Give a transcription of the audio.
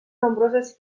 nombroses